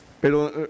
Pero